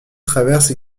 traverse